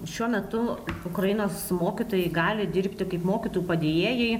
šiuo metu ukrainos mokytojai gali dirbti kaip mokytojų padėjėjai